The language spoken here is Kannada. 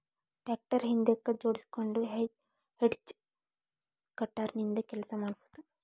ಟ್ರ್ಯಾಕ್ಟರ್ ಹಿಂದಕ್ ಜೋಡ್ಸ್ಕೊಂಡು ಹೆಡ್ಜ್ ಕಟರ್ ನಿಂದ ಕೆಲಸ ಮಾಡ್ಬಹುದು